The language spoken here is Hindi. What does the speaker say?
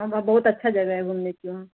हाँ बहुत बहुत अच्छा जगह घूमने के लिए वहाँ